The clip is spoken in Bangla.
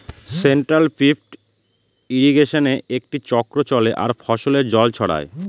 সেন্ট্রাল পিভট ইর্রিগেশনে একটি চক্র চলে আর ফসলে জল ছড়ায়